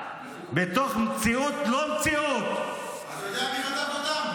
בתוך מציאות לא מציאות -- אתה יודע מי חטף אותם?